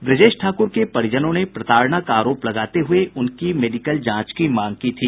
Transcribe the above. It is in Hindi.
ब्रजेश ठाकुर के परिजनों ने प्रताड़ना का आरोप लगाते हुए उनकी मेडिकल जांच की मांग की थी